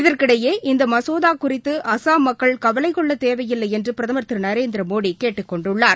இதற்கிடையே இந்தமசோதாகுறித்து அஸ்ஸாம் மக்கள் கவலைக்கொள்ளதேவையில்லைஎன்றுபிரதமா் திருநரேந்திரமோடிகேட்டுக் கொண்டுள்ளார்